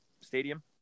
stadium